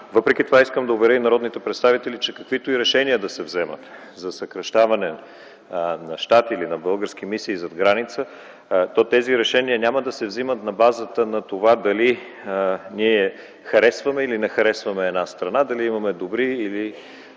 Въпреки това искам да уверя и народните представители, че каквито и решения да се вземат за съкращаване на щат или на български мисии зад граница, то тези решения няма да се взимат на базата на това дали ние харесваме или не харесваме една страна, дали имаме добри или